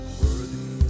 worthy